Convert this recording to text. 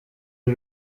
iri